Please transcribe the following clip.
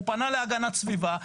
הוא פנה להגנת סביבה,